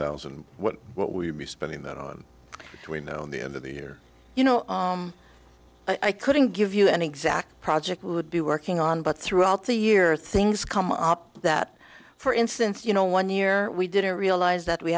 thousand what we'd be spending that on between now and the end of the year you know i couldn't give you an exact project would be working on but throughout the year things come up that for instance you know one year we didn't realize that we